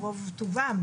ברוב טובם.